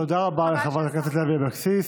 תודה רבה לחברת הכנסת אורלי לוי אבקסיס.